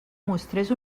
mostrés